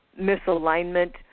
misalignment